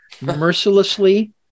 mercilessly